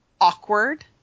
awkward